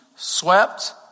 swept